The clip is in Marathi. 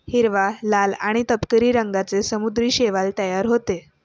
हिरवा, लाल आणि तपकिरी रंगांचे समुद्री शैवाल तयार होतं